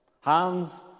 Hands